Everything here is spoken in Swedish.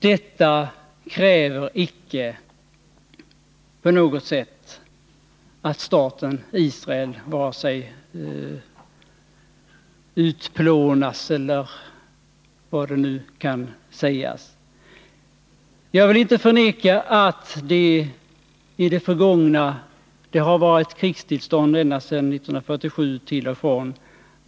Detta kräver icke på något sätt att staten Israel utplånas — eller vad som nu kan sägas. Jag vill inte förneka att i det förgångna, i krigets upphetsning, har förekommit uttalanden av den här arten.